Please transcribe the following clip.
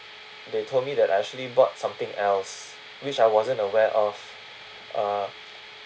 they told me that I actually bought something else which I wasn't aware of uh